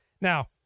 Now